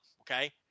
okay